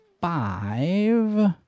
five